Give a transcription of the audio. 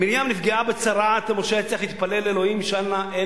מרים נפגעה בצרעת ומשה היה צריך להתפלל לאלוהים שם,